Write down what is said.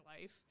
life